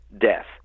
death